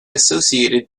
associated